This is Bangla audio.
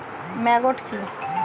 ম্যাগট কি?